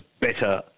better